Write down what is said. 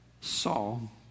Saul